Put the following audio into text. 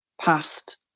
past